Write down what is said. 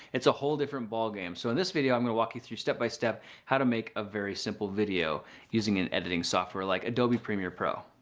it's a whole different ballgame. so in this video, i'm going to walk you through step by step how to make a very simple video using an editing software like adobe premiere pro.